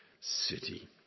city